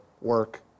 work